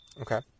Okay